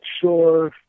sure